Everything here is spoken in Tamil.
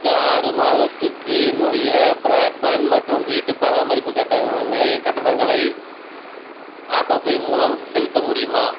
அடுத்த ஆறு மாதத்துக்கு என்னுடைய பிராட்பேண்ட் மற்றும் வீட்டு பராமரிப்பு கட்டணங்களை ஆட்டோபே மூலம் செலுத்த முடியுமா